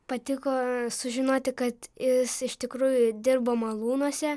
patiko sužinoti kad jis iš tikrųjų dirbo malūnuose